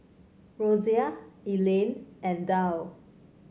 Rosia Elayne and Dow